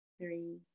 three